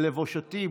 לבושתי,